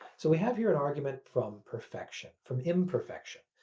so we have here an argument from perfection, from imperfection.